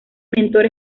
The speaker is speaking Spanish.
mentor